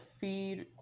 feed